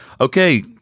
Okay